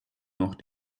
noch